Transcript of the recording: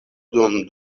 dum